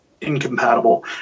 incompatible